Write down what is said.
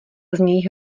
znějí